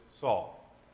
Saul